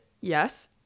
Yes